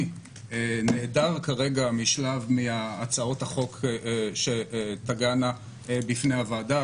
נעדר כרגע מהצעות החוק שתגענה בפני הוועדה,